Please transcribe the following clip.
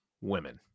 women